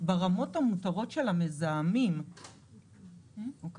ברמות המותרות של המזהמים, אוקי?